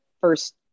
first